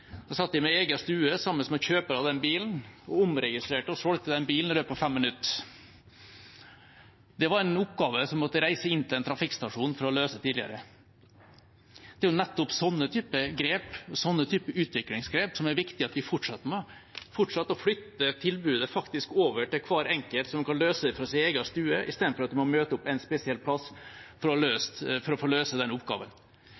jeg en bil. Da satt jeg i min egen stue sammen med kjøper av den bilen og omregistrerte og solgte den i løpet av 5 minutter. Det var en oppgave man måtte reise inn til en trafikkstasjon for å løse tidligere. Det er nettopp en sånn type utviklingsgrep det er viktig at vi fortsetter med, fortsetter å flytte tilbudet over til hver enkelt, så man kan løse det fra sin egen stue, istedenfor at man må møte opp en spesiell plass for å